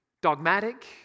dogmatic